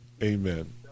amen